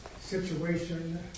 situation